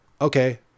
Okay